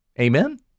Amen